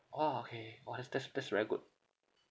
!wah! okay !wah! that's that's that's very good